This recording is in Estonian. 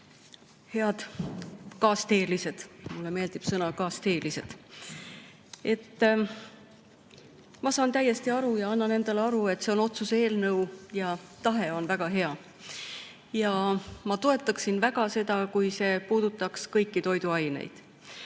Head kaasteelised! Mulle meeldib sõna "kaasteelised". Ma saan täiesti aru ja annan endale aru, et see on otsuse eelnõu ja tahe on väga hea. Ma toetaksin seda väga, kui see puudutaks kõiki toiduaineid. Natukene